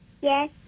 Yes